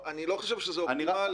אני לא חושב שזה אופטימלי.